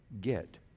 get